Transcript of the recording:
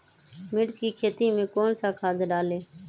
मिर्च की खेती में कौन सा खाद डालें?